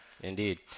indeed